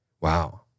Wow